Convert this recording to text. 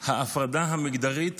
חוק ההפרדה המגדרית